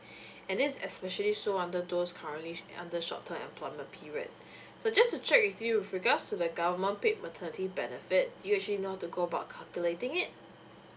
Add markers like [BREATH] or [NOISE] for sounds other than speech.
[BREATH] and this especially so under those currently under short term employment period so just to check with you with regards to the government paid maternity benefits do you actually know to go about calculating it